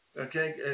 okay